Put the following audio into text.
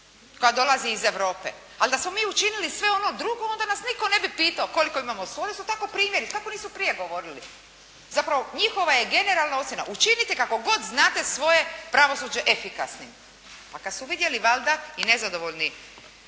koja dolazi iz Europe, ali da smo mi učinili sve ono drugo, onda nas nitko ne bi pitao koliko imamo, oni su tako primjeri, tako nisu prije govorili. Zapravo, njihova je generalna ocjena učinite kako god znate svoje pravosuđe efikasnim, a kad su vidjeli valjda i nezadovoljni